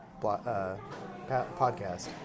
podcast